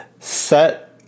set